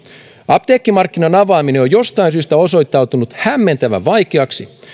apteekkimarkkinoiden avaaminen on jostain syystä osoittautunut hämmentävän vaikeaksi